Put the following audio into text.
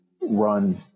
run